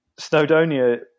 Snowdonia